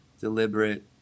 deliberate